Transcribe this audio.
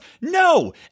No